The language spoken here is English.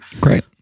Great